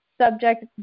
subject